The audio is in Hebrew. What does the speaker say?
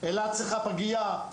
אילת צריכה פגייה,